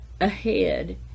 ahead